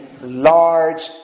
large